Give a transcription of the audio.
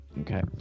Okay